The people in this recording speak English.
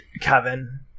Kevin